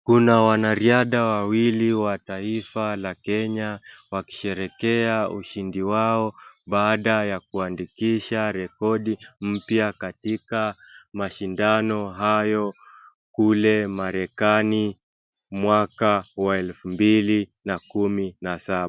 Kuna wanariadha wawili wa taifa la Kenya wakisherehekea ushindi wao baada ya kuandikisha rekodi mpya katika mashindano hayo kule Marekani mwaka wa elfu mbili na kumi na saba.